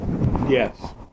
Yes